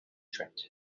threat